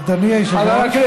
אתה גזען, אדוני היושב-ראש.